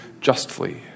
justly